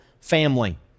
family